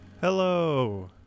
Hello